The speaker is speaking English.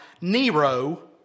Nero